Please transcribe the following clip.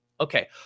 Okay